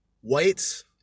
whites